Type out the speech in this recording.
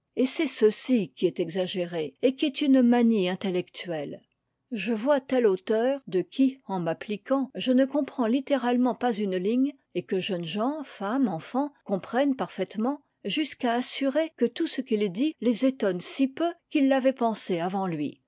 et c'est ceci qui est exagéré et qui est une manie intellectuelle je vois tel auteur de qui en m'appliquant je ne comprends littéralement pas une ligne et que jeunes gens femmes enfants comprennent parfaitement jusqu'à assurer que tout ce qu'il dit les étonne si peu qu'ils l'avaient pensé avant lui